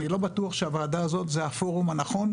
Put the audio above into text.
אני לא בטוח שהוועדה הזאת זה הפורום הנכון,